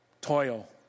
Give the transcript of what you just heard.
toil